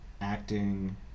acting